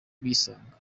bisanga